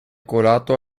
colato